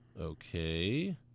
Okay